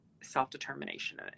self-determination